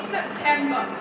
September